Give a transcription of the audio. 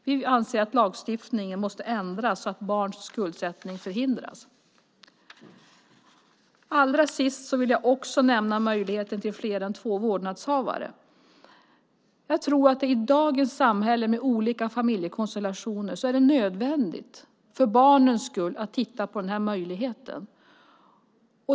Vi anser att lagstiftningen måste ändras så att barns skuldsättning förhindras. Herr talman! Allra sist vill jag nämna möjligheten till fler än två vårdnadshavare. Jag tror att det i dagens samhälle med olika familjekonstellationer är nödvändigt, för barnens skull, att titta på denna möjlighet.